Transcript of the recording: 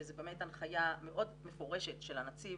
וזה באמת הנחיה מאוד מפורשת של הנציב,